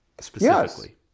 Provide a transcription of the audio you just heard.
Specifically